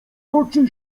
toczy